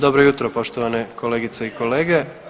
Dobro jutro poštovane kolegice i kolege.